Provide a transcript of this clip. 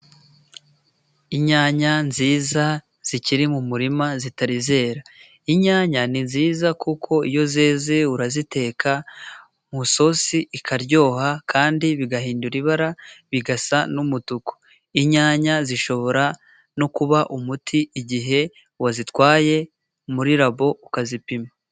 Inyanya nziza zikiri mu murima zitari zera. Inyanya ni nziza kuko iyo zeze uraziteka mu isosi ikaryoha, kandi bigahindura ibara, bigasa n'umutuku. Inyanya zishobora no kuba umuti, igihe wazitwaye muri rabo ukazipima.